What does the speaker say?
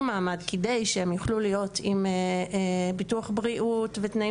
מעמד כדי שהן יוכלו להיות עם ביטוח בריאות ותנאים